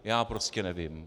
Já prostě nevím.